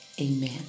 amen